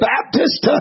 Baptist